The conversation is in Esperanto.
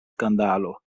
skandalo